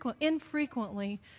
infrequently